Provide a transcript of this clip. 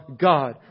God